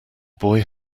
boy